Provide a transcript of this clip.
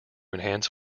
enhance